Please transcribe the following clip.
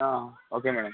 ఆ okay madam